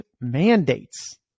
mandates